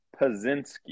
Pazinski